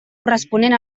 corresponent